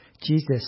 Jesus